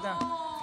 טלי,